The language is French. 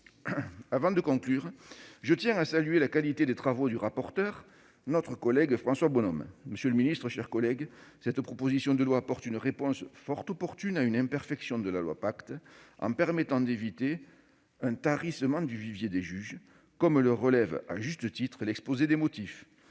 Avant de conclure, je tiens à saluer la qualité des travaux du rapporteur, notre collègue François Bonhomme. Cette proposition de loi apporte une réponse fort opportune à une imperfection de la loi Pacte en permettant d'éviter « un tarissement du vivier des juges », comme le relève à juste titre l'exposé de ses motifs.